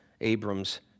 Abram's